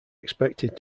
expected